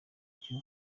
icyo